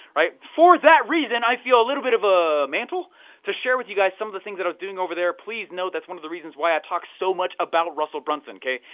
for that reason i feel a little bit of a mantel to share with you guys some of the things that i was doing over there. please note that's one of the reason why i talk so much about russell brunson, kay?